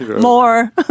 more